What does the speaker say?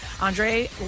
Andre